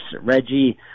Reggie